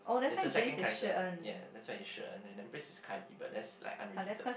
it's a second character ya that's why it's shi and then but that's like unrelated